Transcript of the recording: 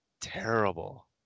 terrible